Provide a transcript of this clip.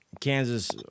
Kansas